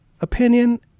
opinion